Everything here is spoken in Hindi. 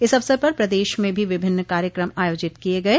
इस अवसर पर प्रदेश में भी विभिन्न कार्यक्रम आयोजित किये गये